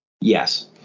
Yes